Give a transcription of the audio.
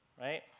right